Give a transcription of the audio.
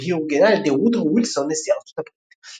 והיא אורגנה על ידי וודרו וילסון נשיא ארצות הברית.